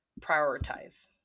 prioritize